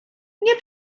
nie